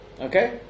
Okay